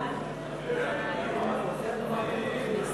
לדיון מוקדם